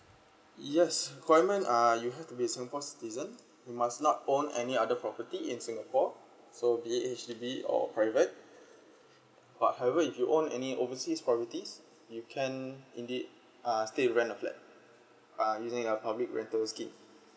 yes requirement uh you have to be singapore citizen you must not own any other property in singapore so be H_D_B or private but however you own any overseas properties you can indeed uh stay rent a flat uh using public rental scheme